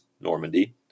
Normandy